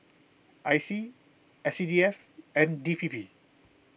I C S C D F and D P P